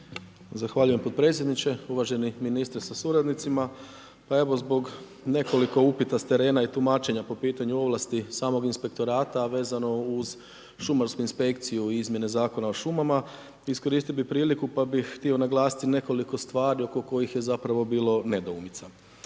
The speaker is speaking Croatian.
Zahvaljujem potpredsjedniče, uvaženi ministre sa suradnicima, evo zbog nekoliko upita s terena i tumačenja po pitanju ovlasti samog inspektorata a vezano uz šumarsku inspekciju i izmjene Zakona o šumama, iskoristio bi priliku pa bi htio naglasiti nekoliko stvari oko kojih je bilo nedoumica.